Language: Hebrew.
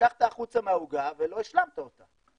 לקחת החוצה מהעוגה ולא השלמת אותה.